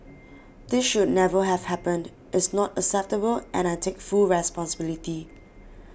this should never have happened is not acceptable and I take full responsibility